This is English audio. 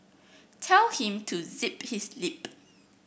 tell him to zip his lip